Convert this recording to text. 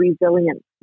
resilient